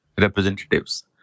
representatives